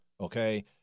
okay